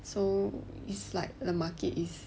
so it's like the market is